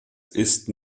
ist